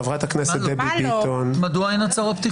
לחברת הכנסת דבי ביטון --- מדוע אין הצהרות פתיחה?